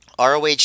ROH